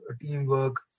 teamwork